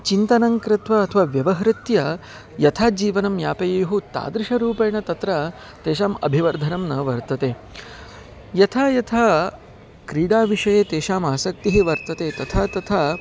चिन्तनं कृत्वा अथवा व्यवहृत्य यथा जीवनं यापयेयुः तादृशरूपेण तत्र तेषाम् अभिवर्धनं न वर्तते यथा यथा क्रीडाविषये तेषाम् आसक्तिः वर्तते तथा तथा